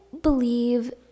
believe